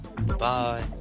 Bye